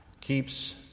keeps